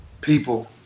people